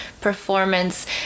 performance